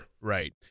Right